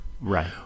right